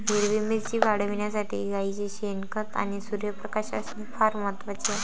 हिरवी मिरची वाढविण्यासाठी गाईचे शेण, खत आणि सूर्यप्रकाश असणे फार महत्वाचे आहे